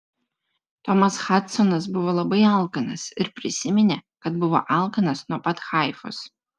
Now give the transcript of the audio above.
tomas hadsonas buvo labai alkanas ir prisiminė kad buvo alkanas nuo pat haifos